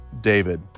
David